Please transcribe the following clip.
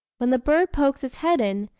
when the bird pokes his head in,